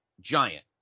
giant